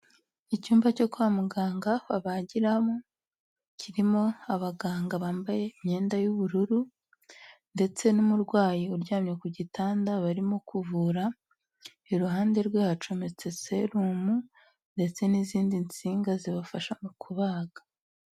Icyumba cyo kwa muganga babagiramo, kirimo abaganga bambaye imyenda y'ubururu ndetse n'umurwayi uryamye ku gitanda barimo kuvura, iruhande rwe hacometse serumu ndetse n'izindi nsinga zibafasha mu kubaga.